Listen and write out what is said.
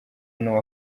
n’uwo